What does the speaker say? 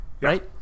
Right